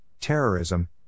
terrorism